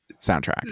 soundtrack